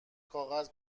کاغذ